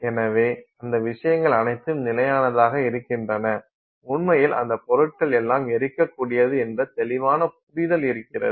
எனவே அந்த விஷயங்கள் அனைத்தும் நிலையானதாக இருக்கின்றன உண்மையில் அந்த பொருட்கள் எல்லாம் எரிக்க கூடியது என்ற தெளிவான புரிதல் இருக்கிறது